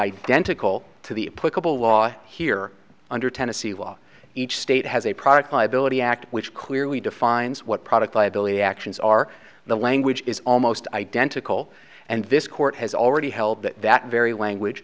identical to the put couple law here under tennessee law each state has a product liability act which clearly defines what product liability actions are the language is almost identical and this court has already held that that very language